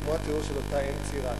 כמו התיאור של אותה אם צעירה,